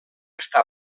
està